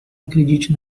acredite